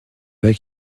pas